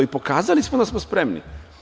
I pokazali smo da smo spremni.